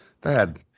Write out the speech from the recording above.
Bad